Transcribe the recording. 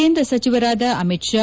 ಕೇಂದ್ರ ಸಚಿವರಾದ ಅಮಿತ್ ಶಾ